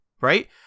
Right